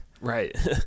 Right